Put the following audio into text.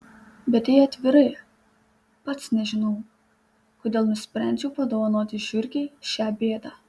bet jei atvirai pats nežinau kodėl nusprendžiau padovanoti žiurkei šią bėdą